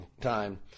time